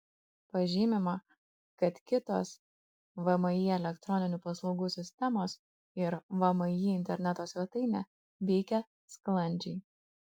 pažymima kad kitos vmi elektroninių paslaugų sistemos ir vmi interneto svetainė veikia sklandžiai